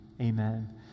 amen